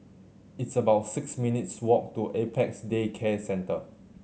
it's about six minutes' walk to Apex Day Care Centre